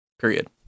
Period